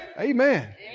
Amen